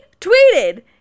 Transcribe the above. tweeted